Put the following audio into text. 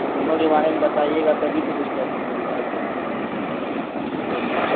دونوں کے بارے میں بتائیے گا تبھی تو کچھ کہہ سکتے ہیں ڈیسائڈ کر سکتے ہیں دونوں